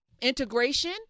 integration